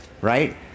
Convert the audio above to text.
right